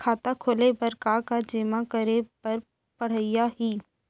खाता खोले बर का का जेमा करे बर पढ़इया ही?